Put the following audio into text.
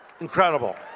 incredible